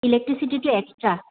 ইলেক্ট্ৰিচিটিটো extra